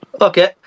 Okay